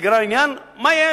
מה יש?